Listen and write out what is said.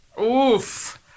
Oof